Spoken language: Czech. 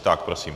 Tak, prosím.